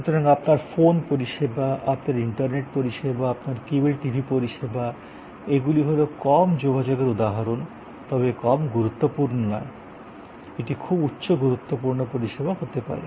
সুতরাং আপনার ফোন পরিষেবা আপনার ইন্টারনেট পরিষেবা আপনার কেবল টিভি পরিষেবা এগুলি হল কম যোগাযোগের উদাহরণ তবে কম গুরুত্বপূর্ণ নয় এটি খুব উচ্চ গুরুত্বপূর্ণ পরিষেবা হতে পারে